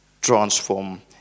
transform